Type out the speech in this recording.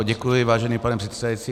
Děkuji, vážený pane předsedající.